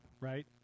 right